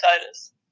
Titus